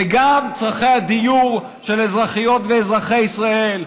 וגם צורכי הדיור של אזרחיות ואזרחי ישראל,